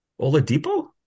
Oladipo